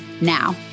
Now